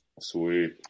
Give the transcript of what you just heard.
Sweet